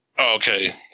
okay